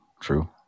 true